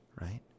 Right